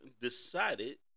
decided